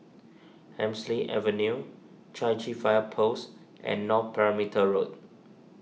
Hemsley Avenue Chai Chee Fire Post and North Perimeter Road